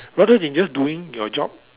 rather than just doing your job